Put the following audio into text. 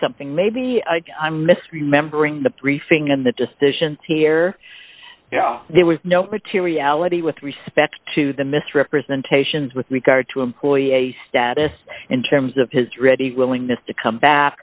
something maybe i'm misremembering the briefing and the decisions here there was no for to reality with respect to the misrepresentations with regard to employee a status in terms of his ready willingness to come back